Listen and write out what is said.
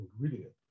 ingredient